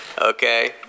Okay